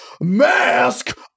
mask